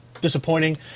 disappointing